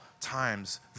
times